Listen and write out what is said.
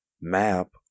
map